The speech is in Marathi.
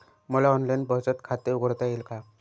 मला ऑनलाइन बचत खाते उघडता येईल का?